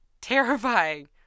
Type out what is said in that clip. terrifying